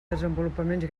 desenvolupaments